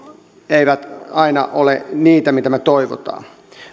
eivät aina ole niitä mitä me toivomme